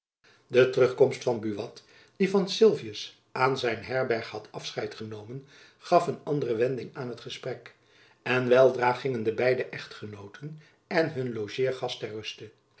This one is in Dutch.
de terugkomst van buat die van sylvius aan zijn herberg had afscheid genomen gaf een andere wending aan het gesprek en weldra gingen de beide echtgenooten en hun logeergast ter ruste